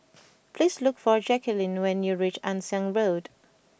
please look for Jacquelyn when you reach Ann Siang Road